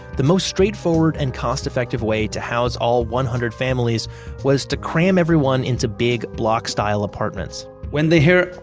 the most straightforward and cost effective way to house all one hundred families was to cram everyone into big block-style apartments when they hear,